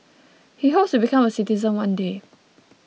he hopes to become a citizen one day